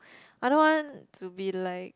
I don't want to be like